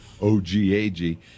O-G-A-G